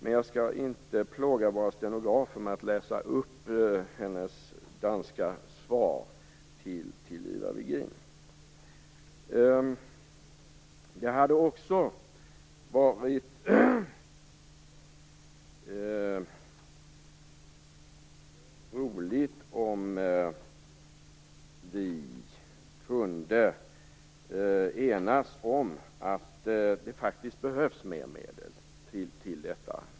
Jag skall dock inte plåga våra stenografer med att läsa upp hennes danska svar till Ivar Virgin. Det hade varit roligt om vi kunnat enas om att det faktiskt behövs mer medel till detta.